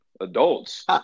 adults